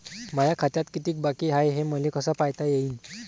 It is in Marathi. माया खात्यात कितीक बाकी हाय, हे मले कस पायता येईन?